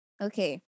Okay